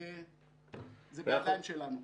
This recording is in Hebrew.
וזה בידיים שלנו.